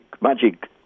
magic